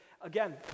again